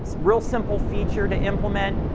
so real simple feature to implement,